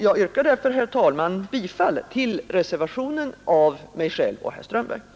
Jag yrkar därför, herr talman, bifall till reservationer av herr Strömberg och mig.